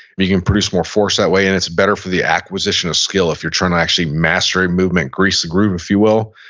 you can produce more force that way, and it's better for the acquisition of skill, if you're trying to actually master a movement, grease the groove, if you will,